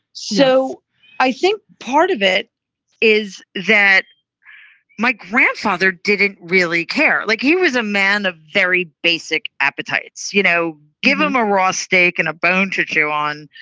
so i think part of it is that my grandfather didn't really care, like he was a man of very basic appetites, you know, give him a raw steak and a bone to chew on.